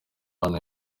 ahantu